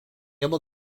able